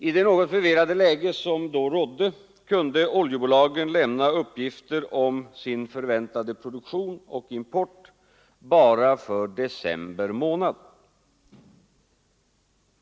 I det något förvirrade läget kunde oljebolagen lämna uppgifter om sin förväntade produktion och import bara för december månad.